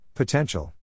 Potential